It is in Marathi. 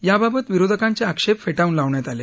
याबाबत विरोधकांचे आक्षेप फेटाळून लावण्यात आले